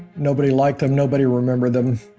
nobody liked them, nobody remembered them.